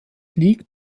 liegt